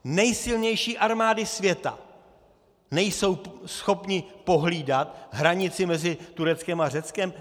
Nejsilnější armády světa nejsou schopny pohlídat hranici mezi Tureckem a Řeckem?